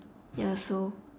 ya so